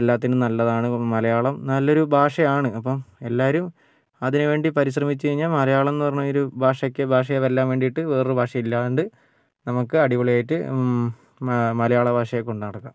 എല്ലാത്തിനും നല്ലതാണ് ഇപ്പോൾ മലയാളം നല്ലൊരു ഭാഷ ആണ് അപ്പം എല്ലാവരും അതിനു വേണ്ടി പരിശ്രമിച്ചു കഴിഞ്ഞാൽ മലയാളം എന്നു പറഞ്ഞ ഒരു ഭാഷയ്ക്ക് ഭാഷയെ വെല്ലാൻ വേണ്ടിയിട്ട് വേറൊരു ഭാഷ ഇല്ലാണ്ട് നമുക്ക് അടിപൊളി ആയിട്ട് മലയാള ഭാഷയെ കൊണ്ടുനടക്കാം